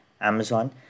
Amazon